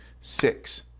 six